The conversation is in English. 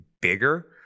bigger